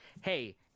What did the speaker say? Hey